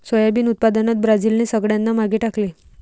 soybean उत्पादनात ब्राझीलने सगळ्यांना मागे टाकले